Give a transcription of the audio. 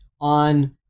on